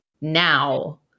now